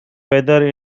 weather